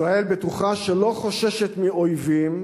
ישראל בטוחה, שלא חוששת מאויבים,